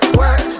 work